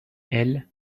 elles